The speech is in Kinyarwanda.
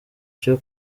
cyo